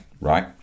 right